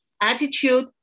attitude